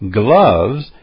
gloves